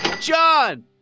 John